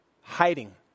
hiding